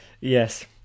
Yes